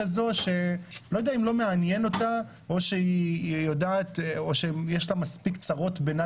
אני לא יודע אם זה לא מעניין את הממשלה או שיש לה מספיק צרות בינה